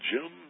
Jim